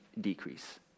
decrease